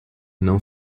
não